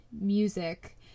music